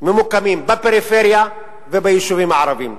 בפריפריה וביישובים הערביים.